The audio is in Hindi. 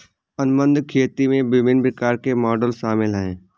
अनुबंध खेती में विभिन्न प्रकार के मॉडल शामिल हैं